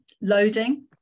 loading